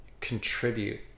contribute